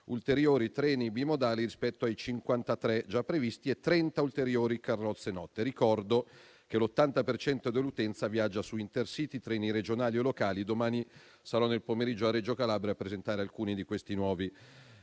ulteriori treni bimodali rispetto ai 53 già previsti e 30 ulteriori carrozze notte. Ricordo che l'80 per cento dell'utenza viaggia su Intercity, treni regionali e locali. Domani sarò nel pomeriggio a Reggio Calabria a presentare alcuni di questi nuovi